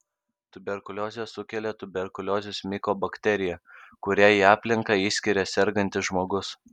tuberkuliozę sukelia tuberkuliozės mikobakterija kurią į aplinką išskiria sergantis žmogus